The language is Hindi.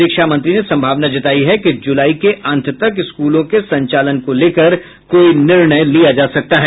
शिक्षा मंत्री ने संभावना जतायी है कि जुलाई के अंत तक स्कूलों के संचालन को लेकर कोई निर्णय लिया जा सकता है